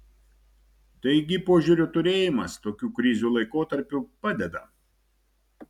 taigi požiūrio turėjimas tokių krizių laikotarpiu padeda